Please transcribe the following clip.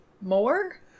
more